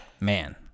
man